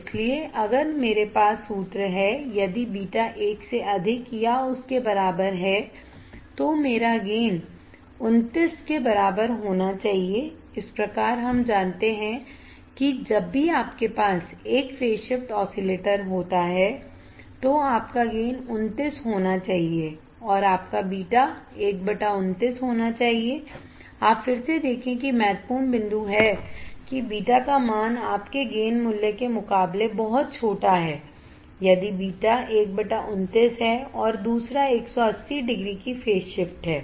इसलिए अगर मेरे पास सूत्र है यदि बीटा एक से अधिक या उसके बराबर है तो मेरा गेन 29 के बराबर होना चाहिए इस प्रकार हम जानते हैं कि जब भी आपके पास एक फेज शिफ्ट ऑसिलेटर होता है तो आपका गेन 29 होना चाहिए और आपका बीटा 129 होना चाहिए आप फिर से देखें कि महत्वपूर्ण बिंदु है कि बीटा का मान आपके गेन मूल्य के मुकाबले बहुत छोटा है यदि बीटा 129 है और दूसरा 180 डिग्री की फेज शिफ्ट है